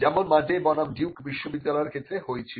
যেমন Madey বনাম Duke বিশ্ববিদ্যালয়ের ক্ষেত্রে হয়েছিল